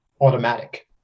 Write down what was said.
automatic